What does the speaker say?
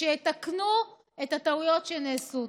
ושיתקנו את הטעויות שנעשו.